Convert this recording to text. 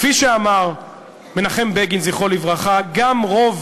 כפי שאמר מנחם בגין, זכרו לברכה: גם רוב